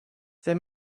they